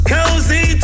Cozy